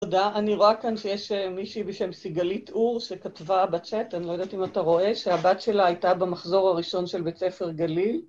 תודה. אני רואה כאן שיש מישהי בשם סיגלית עור שכתבה בצ'אט, אני לא יודעת אם אתה רואה, שהבת שלה הייתה במחזור הראשון של בית ספר גליל.